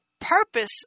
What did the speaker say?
purpose